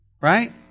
Right